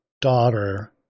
daughter